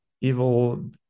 evil